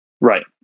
right